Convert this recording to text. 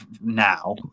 now